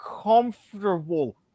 comfortable